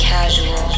Casual